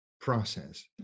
process